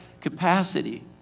capacity